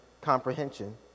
comprehension